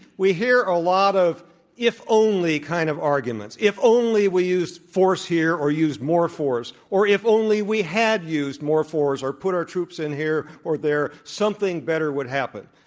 we hear a lot of if only kind of arguments if only we used force here or used more force, or if only we had used more force or put our troops in here or there, something better would happen.